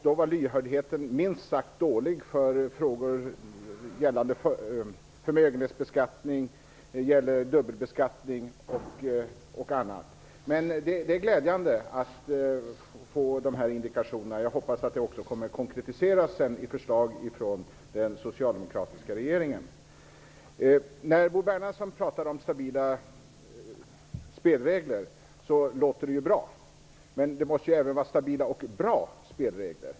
Då var lyhördheten minst sagt dålig för frågor gällande förmögenhetsbeskattning, dubbelbeskattning m.m. Det är glädjande att nu få de här indikationerna, och jag hoppas att de också kommer att konkretiseras i förslag från den socialdemokratiska regeringen. När Bo Bernhardsson pratar om stabila spelregler låter det bra. Men spelreglerna måste vara stabila och bra.